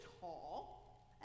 tall